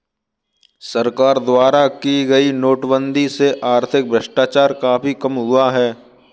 सरकार द्वारा की गई नोटबंदी से आर्थिक भ्रष्टाचार काफी कम हुआ है